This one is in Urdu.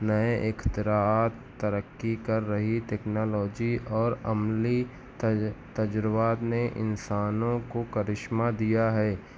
نئے اختراعات ترقی کر رہی تیکنالوجی اور عملی تج تجربات نے انسانوں کو کرشمہ دیا ہے